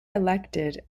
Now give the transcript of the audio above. elected